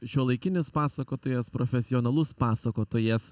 šiuolaikinis pasakotojas profesionalus pasakotojas